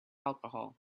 alcohol